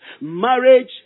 Marriage